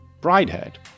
Bridehead